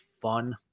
fun